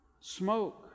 smoke